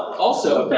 also,